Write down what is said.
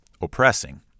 oppressing